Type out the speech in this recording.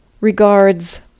regards